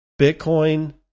Bitcoin